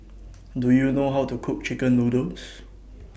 Do YOU know How to Cook Chicken Noodles